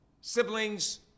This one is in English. siblings